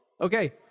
Okay